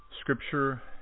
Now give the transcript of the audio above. scripture